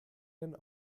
denn